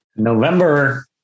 November